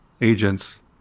agents